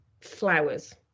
flowers